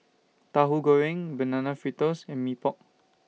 Tauhu Goreng Banana Fritters and Mee Pok